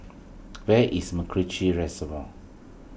where is MacRitchie Reservoir